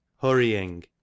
Hurrying